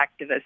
activists